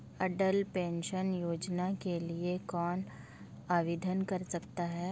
अटल pension Yojana के लिए कौन आवेदन कर सकता है?